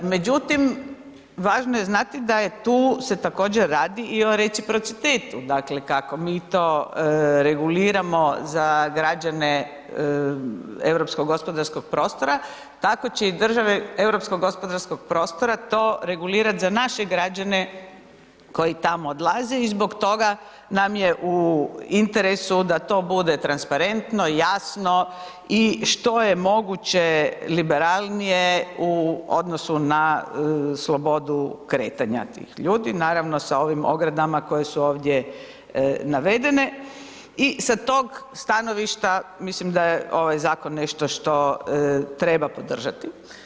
Međutim, važno je znati da je tu se također radi i o reciprocitetu, dakle, kako mi to reguliramo za građane europskog gospodarskog prostora, tako će i države europskog gospodarskog prostora to regulirat za naše građane koji tamo odlaze i zbog toga nam je u interesu da to bude transparentno, jasno i što je moguće liberalnije u odnosu na slobodu kretanja tih ljudi, naravno sa ovim ogradama koje su ovdje navedene i sa tog stanovišta mislim da je ovaj zakon nešto što treba podržati.